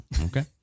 okay